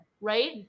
Right